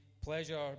pleasure